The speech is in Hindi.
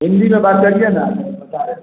हिंदी में बात करिए ना हम बता रहें